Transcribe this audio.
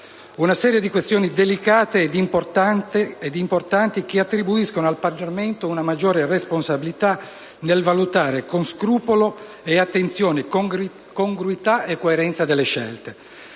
una serie di questioni delicate ed importanti che attribuiscono al Parlamento una maggiore responsabilità nel valutare con scrupolo e attenzione congruità e coerenza delle scelte,